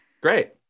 Great